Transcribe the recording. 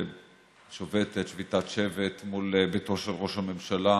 ששובתת שביתת שבת מול ביתו של ראש הממשלה,